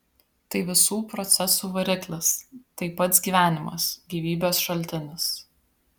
tai visų procesų variklis tai pats gyvenimas gyvybės šaltinis